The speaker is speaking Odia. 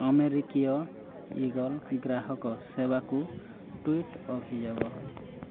ଆମେରିକୀୟ ଇଗଲ୍ ଗ୍ରାହକ ସେବାକୁ ଟ୍ୱିଟ୍ ଅଭିଯୋଗ